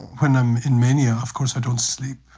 when i'm in mania of course i don't sleep.